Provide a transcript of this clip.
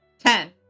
Ten